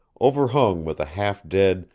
overhung with a half-dead,